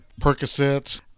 Percocet